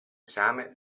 esame